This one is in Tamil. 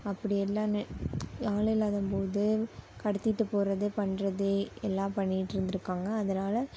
அப்படி எல்லாம் நெ ஆள் இல்லாத போது கடத்திகிட்டு போவது பண்ணுறது எல்லாம் பண்ணிகிட்ருந்துருக்காங்க அதனால